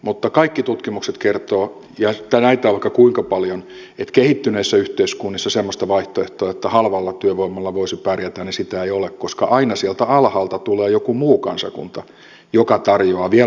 mutta kaikki tutkimukset kertovat ja näitä on vaikka kuinka paljon että kehittyneissä yhteiskunnissa semmoista vaihtoehtoa että halvalla työvoimalla voisi pärjätä ei ole koska aina sieltä alhaalta tulee joku muu kansakunta joka tarjoaa vielä halvempaa työvoimaa